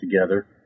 together